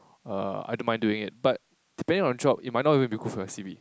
uh I don't mind doing it but depending on your job it might not even be good for your c_v